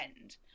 end